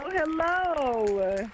hello